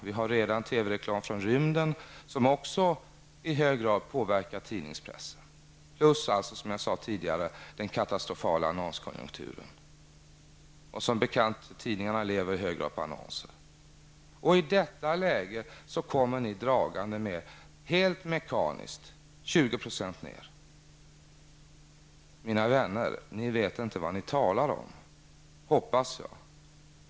Vi har redan TV-reklam från rymden som i hög grad påverkar tidningspressen. Till detta skall alltså läggas den katastofala annonskonjunkturen. Som bekant lever tidningarna i hög grad på annonser. I detta läge kommer ni helt mekaniskt dragande med en minskning på 20 %. Mina vänner, ni vet inte vad ni talar om, hoppas jag.